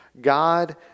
God